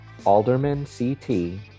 aldermanct